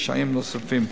קשיים נוספים.